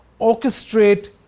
orchestrate